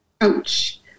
ouch